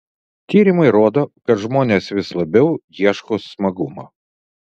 tyrimai rodo kad žmonės vis labiau ieško smagumo